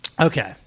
Okay